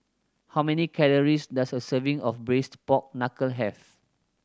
how many calories does a serving of Braised Pork Knuckle have